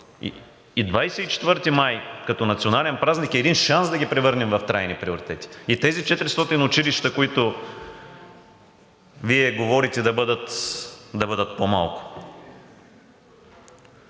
и 24 май като национален празник е един шанс да ги превърнем в трайни приоритети и тези 400 училища, които говорите, да бъдат по-малко.